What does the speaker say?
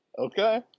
Okay